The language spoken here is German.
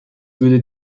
würde